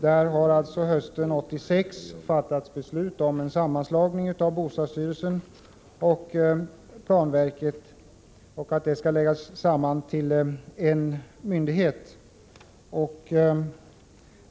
Hösten 1986 fattades alltså beslut om en sammanslagning av bostadsstyrelsen och planverket till en myndighet.